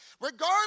regardless